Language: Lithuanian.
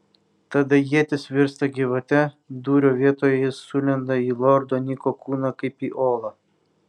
tada ietis virsta gyvate dūrio vietoje ji sulenda į lordo niko kūną kaip į olą